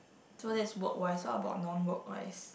so that's work wise what about non work wise